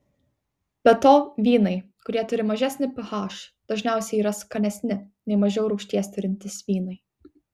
be to vynai kurie turi mažesnį ph dažniausiai yra skanesni nei mažiau rūgšties turintys vynai